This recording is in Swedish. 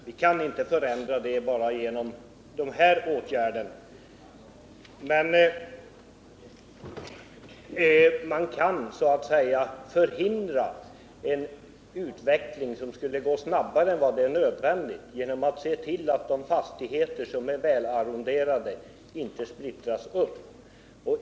Vi kan inte förändra det förhållandet enbart genom de här åtgärderna, men vi kan förhindra att utvecklingen går snabbare än nödvändigt genom att se till att de fastigheter som är välarronderade inte splittras upp.